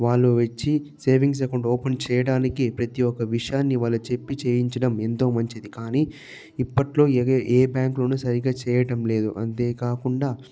వాళ్ళు వచ్చి savings account open చేయటానికి ప్రతి ఒక్క విషయాన్ని వాళ్ళు చెప్పి చేయించడం ఎంతో మంచిది కానీ ఇప్పట్లో ఎగ ఏ బ్యాంకు లోను సరిగ్గా చేయడం లేదు అంతేకాకుండా